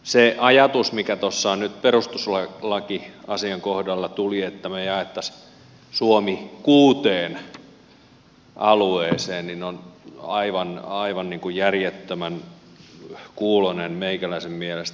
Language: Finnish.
se ajatus mikä tuossa nyt perustuslakiasian kohdalla tuli että jakaisimme suomen kuuteen alueeseen on aivan järjettömän kuuloinen meikäläisen mielestä